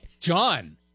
John